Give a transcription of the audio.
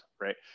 right